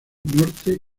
norte